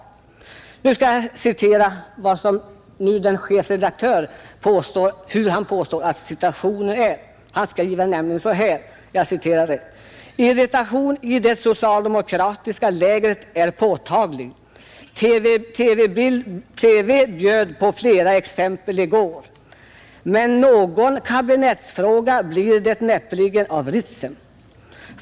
Och nu skall jag citera hur chefredaktören påstår att situationen är: ”Irritationen i det socialdemokratiska lägret är påtaglig — TV bjöd på flera exempel i går — men någon kabinettsfråga blir det näppeligen av Ritsem.